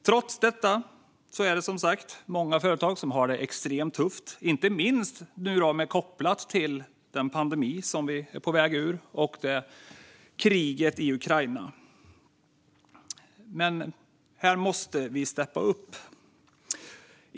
Trots detta är det som sagt många företag som har det extremt tufft, inte minst nu kopplat till den pandemi som vi är på väg ur och kriget i Ukraina. Här måste vi steppa upp.